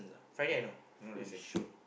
Friday I no no lesson